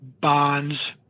bonds